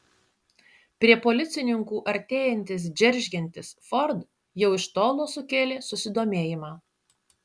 prie policininkų artėjantis džeržgiantis ford jau iš tolo sukėlė susidomėjimą